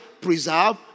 preserve